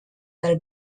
del